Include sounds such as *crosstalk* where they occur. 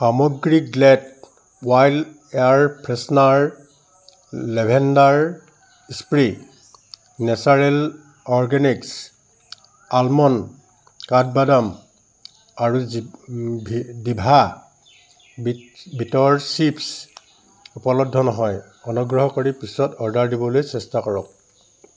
সামগ্ৰী Glade wild air freshener lavender spray natural organics almond কাঠবাদাম আৰু *unintelligible* ডিভা বীট বীটৰ চিপ্ছ উপলব্ধ নহয় অনুগ্ৰহ কৰি পিছত অৰ্ডাৰ দিবলৈ চেষ্টা কৰক